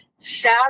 shout